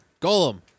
Golem